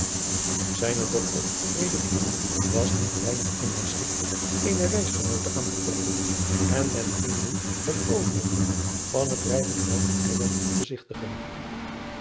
ijne dochter was niet weinig in haar scchik eene reisgenoote aan te treffen en men ging nu het overige van het drijvend houten eiland bezigtigen